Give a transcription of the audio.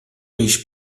riches